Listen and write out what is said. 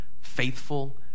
faithful